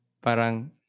Parang